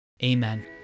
Amen